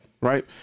right